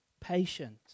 patient